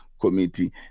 committee